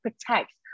protects